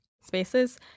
spaces